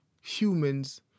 Humans